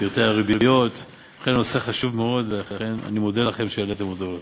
אני אגיד לך למה: